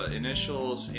initials